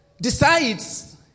decides